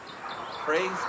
Praise